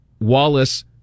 Wallace